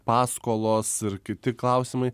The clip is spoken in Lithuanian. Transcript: paskolos ir kiti klausimai